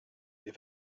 wir